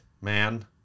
man